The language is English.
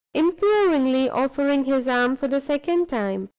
imploringly offering his arm for the second time.